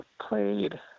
played